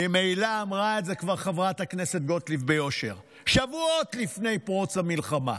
ממילא כבר אמרה את זה חברת הכנסת גוטליב ביושר שבועות לפני פרוץ המלחמה: